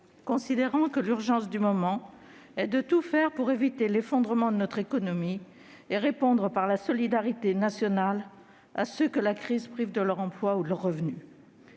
considérant que l'urgence du moment est de tout faire pour éviter l'effondrement de notre économie et de répondre par la solidarité nationale à ceux que la crise prive de leur emploi ou revenu.